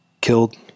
killed